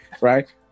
right